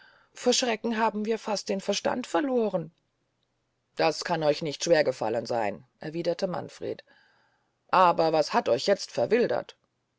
vor schrecken haben wir fast den verstand verlohren das kann euch nicht schwer fallen erwiederte manfred aber was hat euch jetzt verwildert